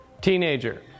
Teenager